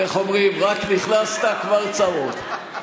איך אומרים, רק נכנסת, כבר צרות.